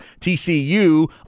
TCU